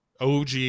OG